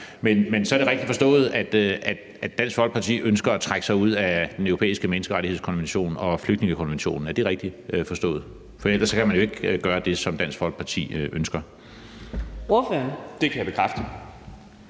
Men er det så rigtigt forstået, at Dansk Folkeparti ønsker at trække sig ud af den europæiske menneskerettighedskonvention og flygtningekonventionen? For ellers kan man jo ikke gøre det, som Dansk Folkeparti ønsker. Kl. 11:37 Fjerde